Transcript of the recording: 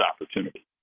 opportunity